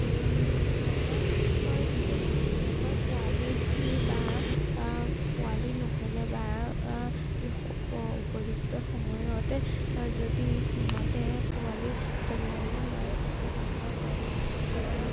জীৱ জন্তুবিলাকৰ জীৱ জন্তুবিলাকৰ পোৱালি বা পোৱালী নহ'লে বা উপযুক্ত সময়তে যদি সিহঁতে পোৱালি জন্ম দিব নোৱাৰে তেতিয়া গম পোৱা যায় তেতিয়া